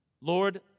Lord